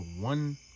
one